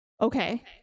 okay